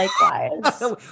Likewise